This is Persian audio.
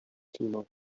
سیما